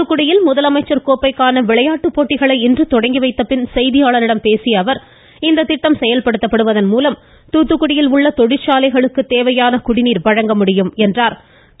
தூத்துக்குடியில் முதலமைச்சர் கோப்பைக்கான விளையாட்டு போட்டிகளை இன்று தொடங்கி வைத்த பின் செய்தியாளர்களிடம் பேசிய அவர் இந்த திட்டம் செயல்படுத்தப்படுவதன் மூலம் தூத்துக்குடியில் உள்ள தொழிற்சாலைகளுக்கு தேவையான குடிநீரை வழங்க முடியும் என்றார்